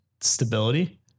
stability